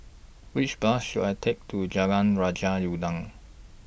Which Bus should I Take to Jalan Raja Udang